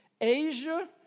Asia